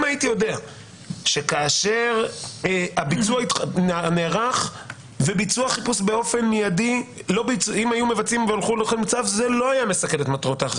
שאם היו מבצעים חיפוש לאחר שהוציאו צו זה לא היה מסכן את המטרות,